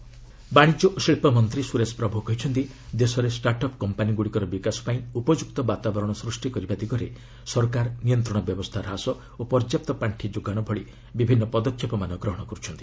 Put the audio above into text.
ପ୍ରଭୁ start up ବାଣିଜ୍ୟ ଓ ଶିଳ୍ପ ମନ୍ତ୍ରୀ ସୁରେଶ ପ୍ରଭୁ କହିଛନ୍ତି ଦେଶରେ ଷ୍ଟାର୍ଟ ଅପ୍ କମ୍ପାନୀଗୁଡ଼ିକର ବିକାଶ ପାଇଁ ଉପଯୁକ୍ତ ବାତାବରଣ ସୃଷ୍ଟି କରିବା ଦିଗରେ ସରକାର ନିୟନ୍ତ୍ରଣ ବ୍ୟବସ୍ଥା ହ୍ରାସ ଓ ପର୍ଯ୍ୟାପ୍ତ ପାର୍ଷି ଯୋଗାଶ ଭଳି ବିଭିନ୍ନ ପଦକ୍ଷେପମାନ ଗ୍ରହଣ କର୍ରଛନ୍ତି